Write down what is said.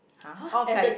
!huh! orh gai~